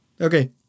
Okay